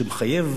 שמחייב